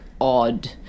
Odd